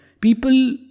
people